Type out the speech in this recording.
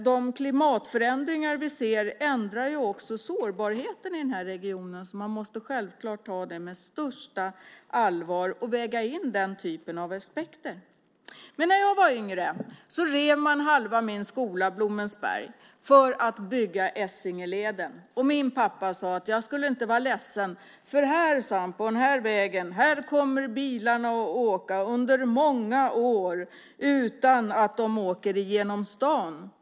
De klimatförändringar vi ser ändrar också sårbarheten i regionen, så man måste självfallet ta dem på största allvar och väga in den typen av aspekter. När jag var yngre rev man halva min skola - Blommensberg - för att bygga Essingeleden. Min pappa sade att jag inte skulle vara ledsen. Han sade: På den här vägen kommer bilarna att åka under många år utan att åka igenom stan.